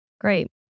Great